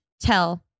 Tell